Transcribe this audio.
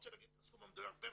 בערך בסכום של בין